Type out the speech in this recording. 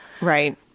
right